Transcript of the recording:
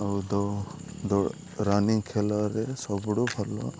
ଆଉ the the running ଖେଲରେ ସବୁଠୁ ଭଲ